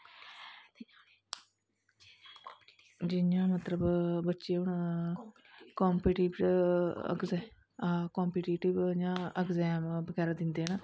जि'यां मतलब बच्चे हून कम्पीटिटिव कम्पीटिटव जा अगजेम बगैरा दिंदे ना